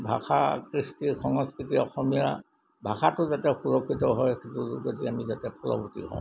ভাষা কৃষ্টি সংস্কৃতি অসমীয়া ভাষাটো যাতে সুৰক্ষিত হয় সেইটোৰ যোগেদি আমি যাতে ফলৱতি হওঁ